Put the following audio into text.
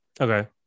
Okay